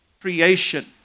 creation